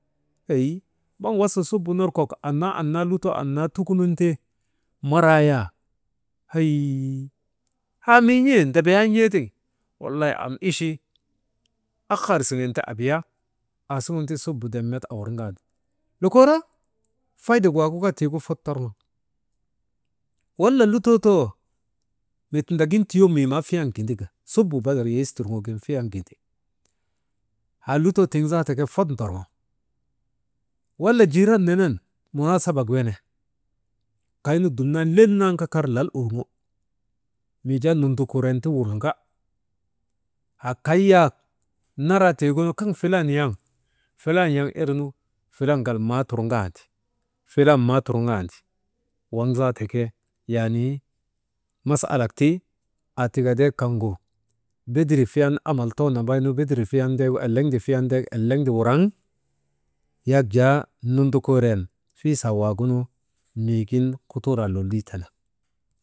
Hey maŋ wasa subu ner kok annaa, annaa, lutoo annaa tukunun ti maraa yaa, hey haa mii n̰ee ndebeyan n̰eetiŋ, walay am iche ahar siŋen ta abiya, aasuŋun ti subaden met awurŋaandi, lokooraa faydek waagu kaa tiigu fot torŋo. Wala lutoo too mii tindagin tuyo mii maa fiyan gindaka, suba bayel yes turŋogin fiyan gindi, haa lutoo tiŋ zaata kaa fat ndorŋo, wala jiiran nenen munaasabak wene kaynu dumnan kaa kar lal urŋo mii jaa nun dukuran ti wurŋa haa kay yak naraa tiigunu kaŋ filan yaŋ, filan yaŋ irnu, filan gal maa turŋandi, filan maa tuŋaandi, waŋ zaata ke yaanii masalak ti aatika deek kaŋgu badirii fiyan amal too nambay nu bedirii fiyan ndek eleŋde fiyan ndek eleŋde wuraŋ yak jaa nundukuuren fiisaa waagunu miigin hutuuraa lolii tene.